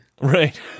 Right